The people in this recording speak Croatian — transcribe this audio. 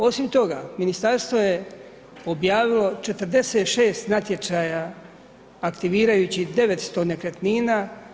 Ovim toga, ministarstvo je objavilo 46 natječaja aktivirajući 900 nekretnina.